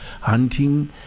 hunting